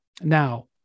Now